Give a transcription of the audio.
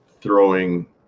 throwing